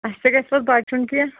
اَسہِ تہِ گژھِ پَتہٕ بَچُن کیٚنٛہہ